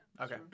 Okay